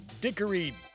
Dickery